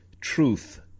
truth